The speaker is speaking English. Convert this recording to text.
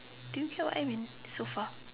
do get what I mean so far